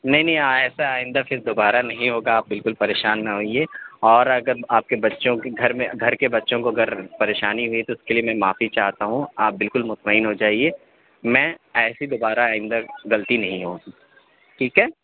نہیں نہیں ایسا آئندہ پھر دوبارہ نہیں ہوگا آپ بالکل پریشان نہ ہوئیے اور اگر آپ کے بچوں کی گھر میں گھر کے بچوں کو اگر پریشانی ہوئی تو اس کے لیے میں معافی چاہتا ہوں آپ بالکل مطمئن ہو جائیے میں ایسی دوبارہ آئندہ غلطی نہیں ہوگی ٹھیک ہے